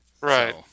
Right